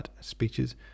speeches